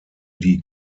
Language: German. die